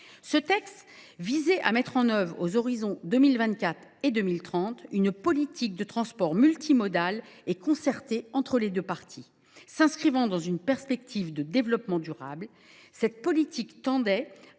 Ce texte visait à mettre en œuvre, aux horizons 2024 et 2030, une politique de transports multimodale et concertée entre les deux parties, s’inscrivant dans une perspective de développement durable. Cette politique tendait